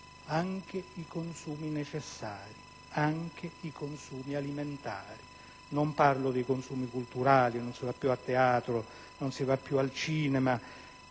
anche i consumi necessari, anche i consumi alimentari. Non parlo dei consumi culturali: non si va più a teatro, non si va più al cinema.